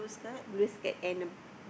biscuit and a